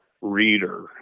reader